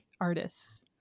artist's